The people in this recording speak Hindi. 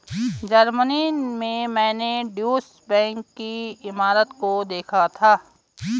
जर्मनी में मैंने ड्यूश बैंक की इमारत को देखा था